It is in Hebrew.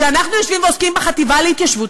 כשאנחנו יושבים ועוסקים בחטיבה להתיישבות,